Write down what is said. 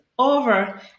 Over